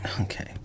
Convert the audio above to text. Okay